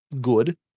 good